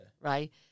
right